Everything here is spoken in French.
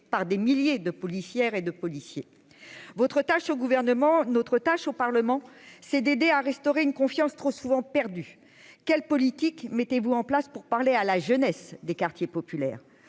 par des milliers de policières et de policiers votre tâche au gouvernement, notre tâche au Parlement, c'est d'aider à restaurer une confiance trop souvent perdues, quelle politique, mettez-vous en place pour parler à la jeunesse des quartiers populaires,